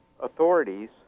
authorities